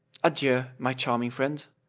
adieu, my charming friend!